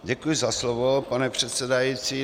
Děkuji za slovo, pane předsedající.